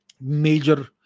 major